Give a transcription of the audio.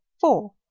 Four